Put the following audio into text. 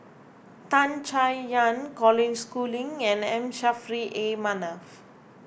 Tan Chay Yan Colin Schooling and M Saffri A Manaf